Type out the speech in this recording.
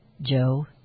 Joe